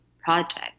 project